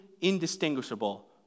indistinguishable